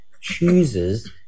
chooses